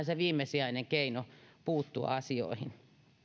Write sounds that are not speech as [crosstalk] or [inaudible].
[unintelligible] se viimesijainen keino puuttua asioihin